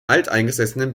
alteingesessenen